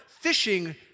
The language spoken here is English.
fishing